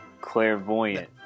clairvoyant